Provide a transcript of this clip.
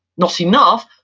not enough,